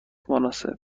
مناسب